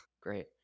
Great